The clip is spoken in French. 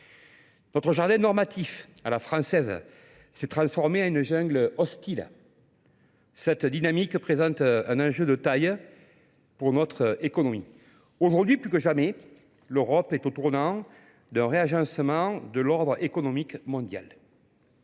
Notre jardin normatif à la française s'est transformé en une jungle hostile. Cette dynamique présente un enjeu de taille pour notre économie. Aujourd'hui, plus que jamais, l'Europe est au tournant d'un réagencement de l'ordre économique mondial.